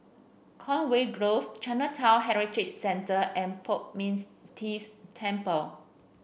Conway Grove Chinatown Heritage Centre and Poh Ming Tse Temple